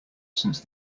since